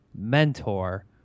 mentor